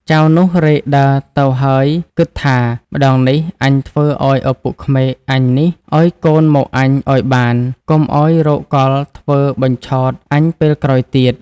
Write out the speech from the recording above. ចៅនោះរែកដើរទៅហើយគិតថា ម្តងនេះអញធ្វើឱ្យឪពុកក្មេកអញនេះ ឱ្យកូនមកអញឱ្យបាន កុំឱ្យរកកលធ្វើបញ្ឆោតអញពេលក្រោយទៀត។